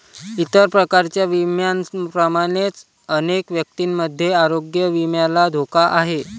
इतर प्रकारच्या विम्यांप्रमाणेच अनेक व्यक्तींमध्ये आरोग्य विम्याला धोका आहे